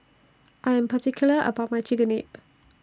I Am particular about My Chigenabe